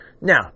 now